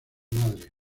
madre